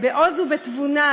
בעוז ובתבונה,